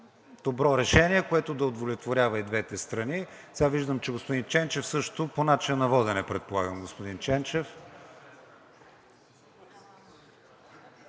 добро решение, което да удовлетворява и двете страни. Сега виждам, че господин Ченчев също… По начина на водене, предполагам,